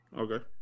Okay